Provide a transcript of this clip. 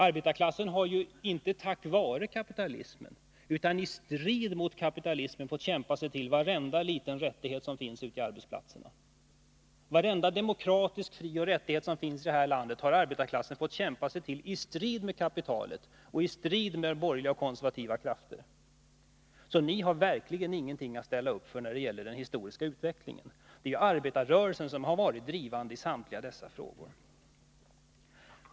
Arbetarklassen har ju inte tack vare kapitalismen utan i strid mot kapitalismen fått kämpa sig till varenda liten rättighet som finns ute på arbetsplatserna. Varenda demokratisk frioch rättighet i det här landet har arbetarklassen måst kämpa sig till, i strid mot kapitalet och i strid mot borgerliga och konservativa krafter, så ni har verkligen ingenting att ställa upp för när det gäller den historiska utvecklingen. Det är arbetarrörelsen som har varit drivande i samtliga dessa frågor.